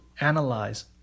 analyze